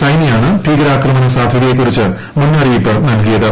സൈനി ആണ് ഭൂകരാക്രമണ സാധ്യതയെക്കുറിച്ച് മുന്നറിയിപ്പ് നൽകിയത്